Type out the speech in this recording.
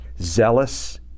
zealous